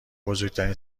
بزرگترین